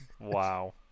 Wow